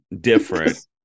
different